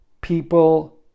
people